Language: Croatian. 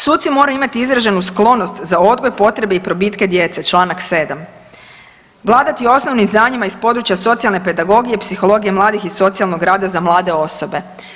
Suci moraju imati izraženu sklonosti za odgoj, potrebe i probitke djece Članak 7., vladati osnovnim znanjima iz područja socijalne pedagogije, psihologije mladih i socijalnog rada za mlade osobe.